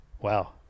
Wow